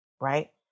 right